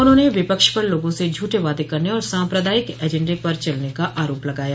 उन्होंने विपक्ष पर लोगों से झूठे वादे करने और साम्प्रदायिक एजेंडे पर चलने का आरोप लगाया